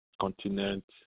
continent